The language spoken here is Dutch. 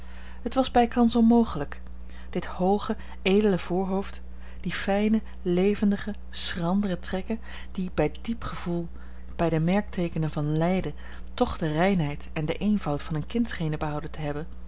het was bijkans onmogelijk dit hooge edele voorhoofd die fijne levendige schrandere trekken die bij diep gevoel bij de merkteekenen van lijden toch de reinheid en den eenvoud van een kind schenen behouden te hebben